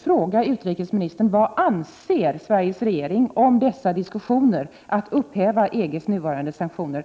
fråga utrikesministern vad Sveriges regering anser om dessa diskussioner att upphäva EG:s nuvarande sanktioner.